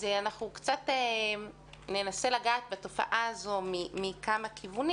אנחנו ננסה לגעת בתופעה הזאת מכמה כיוונים